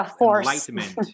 enlightenment